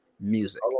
music